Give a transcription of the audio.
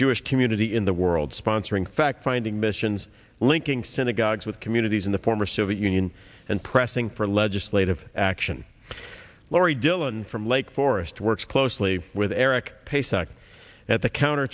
jewish community in the world sponsoring fact finding missions linking synagogues with communities in the former soviet union and pressing for legislative action lori dillon from lake forest works closely with eric pace act at the counter